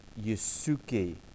Yusuke